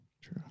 true